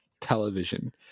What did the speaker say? television